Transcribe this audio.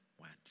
went